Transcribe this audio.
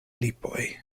lipoj